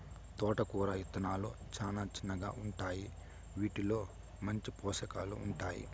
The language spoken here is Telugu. తోటకూర ఇత్తనాలు చానా చిన్నగా ఉంటాయి, వీటిలో మంచి పోషకాలు ఉంటాయి